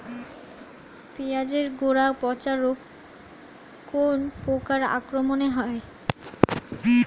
পিঁয়াজ এর গড়া পচা রোগ কোন পোকার আক্রমনে হয়?